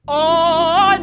on